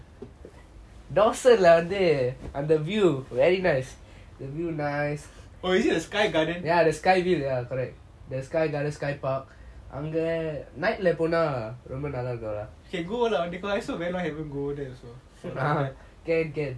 dawson lah வந்து அந்த:vanthu antha view very nice the view nice ya the sky ville ya correct the sky garden skypark அங்க:anga night lah போன ரொம்ப நல்ல இருக்கும்:pona romba nalla irukum can can